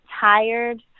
tired